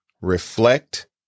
reflect